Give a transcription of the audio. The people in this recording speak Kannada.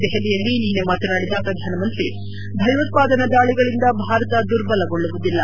ದೆಹಲಿಯಲ್ಲಿ ನಿನ್ನೆ ಮಾತನಾಡಿದ ಪ್ರಧಾನ ಮಂತ್ರಿ ಭಯೋತ್ತಾದನಾ ದಾಳಿಗಳಿಂದ ಭಾರತ ದುರ್ಬಲಗೊಳ್ಳುವುದಿಲ್ಲ